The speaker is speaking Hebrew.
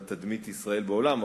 לתדמית ישראל בעולם,